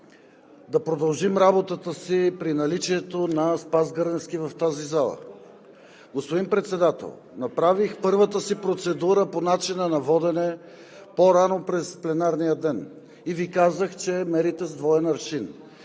да продължим работата си при наличието на Спас Гърневски в тази зала. Господин Председател, направих първата си процедура по начина на водене по-рано през пленарния ден и Ви казах, че мерите с двоен аршин.